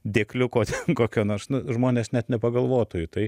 dėkliuko kokio nors žmonės net nepagalvotų į tai